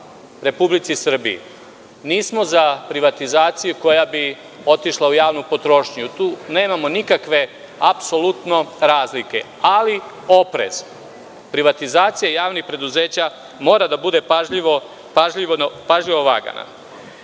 Republici Srbiji. Nismo za privatizaciju koja bi otišla u javnu potrošnju. Tu nemamo nikakve apsolutno razlike, ali oprez. Privatizacija javnih preduzeća mora da bude pažljivo